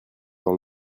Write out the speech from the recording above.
dans